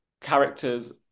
characters